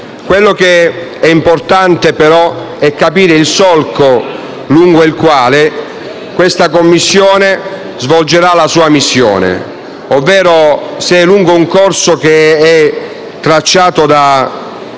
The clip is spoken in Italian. Però è importante capire il solco lungo il quale questa Commissione svolgerà la sua missione, ovvero se lungo un corso che è tracciato da